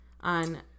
On